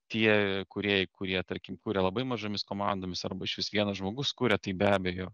tie kūrėjai kurie tarkim kuria labai mažomis komandomis arba išvis vienas žmogus kuria tai be abejo